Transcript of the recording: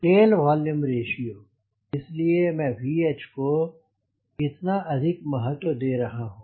tell volume ratio इसलिए मैं VH को इतना अधिक महत्व दे रहा हूं